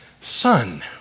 son